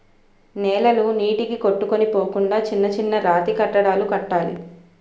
నేలలు నీటికి కొట్టుకొని పోకుండా చిన్న చిన్న రాతికట్టడాలు కట్టాలి